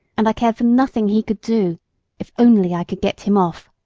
and i cared for nothing he could do if only i could get him off.